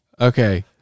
okay